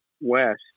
west